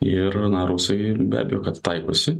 ir na rusai be abejo kad taikosi